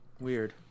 Weird